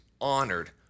honored